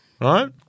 Right